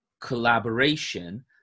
collaboration